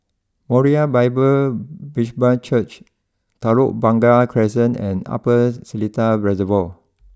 Moriah Bible Presby Church Telok Blangah Crescent and Upper Seletar Reservoir